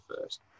first